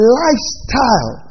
lifestyle